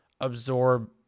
absorb